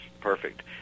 perfect